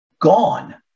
gone